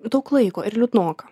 daug laiko ir liūdnoka